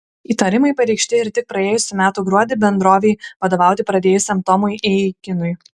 įtarimai pareikšti ir tik praėjusių metų gruodį bendrovei vadovauti pradėjusiam tomui eikinui